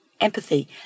empathy